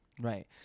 Right